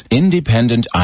independent